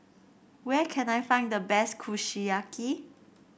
where can I find the best Kushiyaki